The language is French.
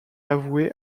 avoué